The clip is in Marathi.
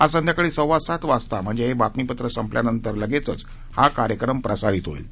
आज संध्याकाळी सव्वा सात वाजता म्हणजे हे बातमीपत्र संपल्यानंतर हा कार्यक्रम प्रसारित होईल